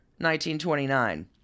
1929